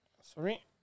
sorry